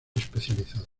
especializados